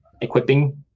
equipping